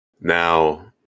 Now